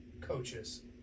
coaches